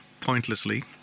pointlessly